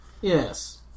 Yes